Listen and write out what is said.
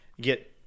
get